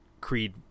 Creed